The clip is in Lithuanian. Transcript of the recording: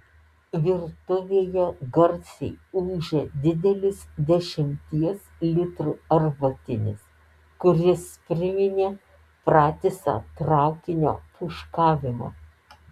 virtuvėje garsiai ūžė didelis dešimties litrų arbatinis kuris priminė pratisą traukinio pūškavimą